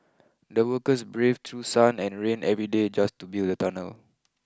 the workers braved through sun and rain every day just to build the tunnel